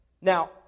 Now